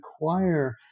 require